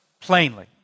plainly